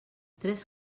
tres